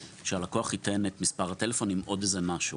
שהלקוח ייתן את מספר הטלפון עם עוד איזה משהו.